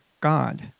God